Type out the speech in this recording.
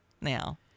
now